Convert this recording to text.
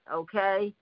okay